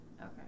Okay